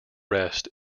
rest